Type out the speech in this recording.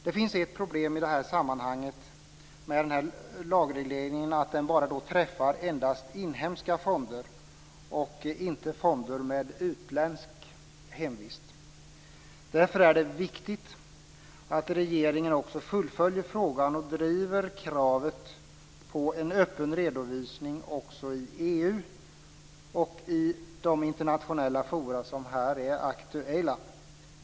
Det finns ett problem i detta sammanhang, nämligen att denna lagreglering träffar endast inhemska fonder, inte fonder med utländskt hemvist. Därför är det viktigt att regeringen också fullföljer frågan och driver kravet på en öppen redovisning även i EU och i de internationella forum som här är aktuella.